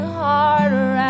harder